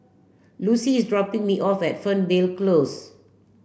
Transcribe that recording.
Lucie is dropping me off at Fernvale Close